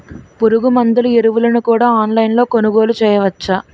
పురుగుమందులు ఎరువులను కూడా ఆన్లైన్ లొ కొనుగోలు చేయవచ్చా?